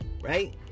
right